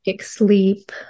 sleep